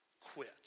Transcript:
quit